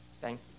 Thank